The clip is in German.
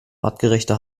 artgerechte